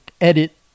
edit